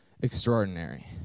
extraordinary